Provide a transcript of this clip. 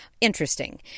interesting